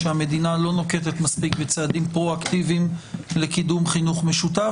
שהמדינה לא נוקטת מספיק בצעדים פרו אקטיביים לקידום חינוך משותף,